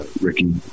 Ricky